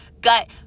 gut